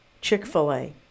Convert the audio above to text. Chick-fil-A